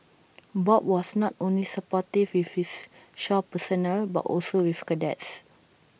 bob was not only supportive with his shore personnel but also with cadets